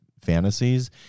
fantasies